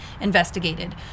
investigated